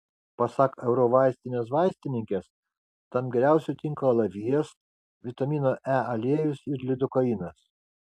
pasak eurovaistinės vaistininkės tam geriausiai tinka alavijas vitamino e aliejus ir lidokainas